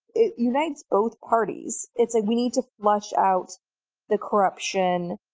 it unites both parties. it's like we need to flush out the corruption,